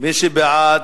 מי שבעד,